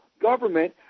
government